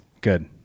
Good